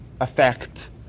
effect